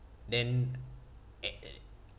then